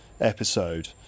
episode